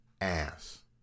ass